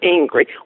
angry